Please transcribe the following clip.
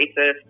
racist